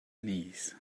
knees